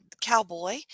Cowboy